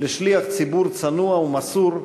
לשליח ציבור צנוע ומסור,